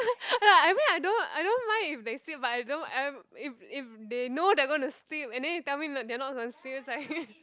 like I mean I don't I don't mind if they sleep but I don't I'm if if they know they are gonna sleep and then they tell me th~ they are not gonna sleep it's like